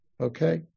okay